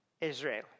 Israel